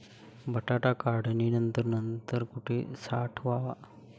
बटाटा काढणी नंतर कुठे साठवावा?